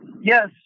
Yes